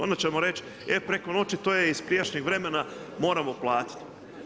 Onda ćemo reći, e preko noći, to je iz prijašnjeg vremena, moramo platiti.